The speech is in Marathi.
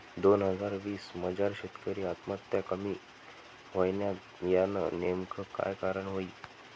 दोन हजार वीस मजार शेतकरी आत्महत्या कमी व्हयन्यात, यानं नेमकं काय कारण व्हयी?